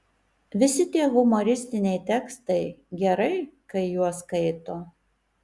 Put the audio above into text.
visi tie humoristiniai tekstai gerai kai juos skaito